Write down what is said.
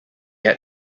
had